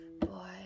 boy